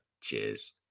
cheers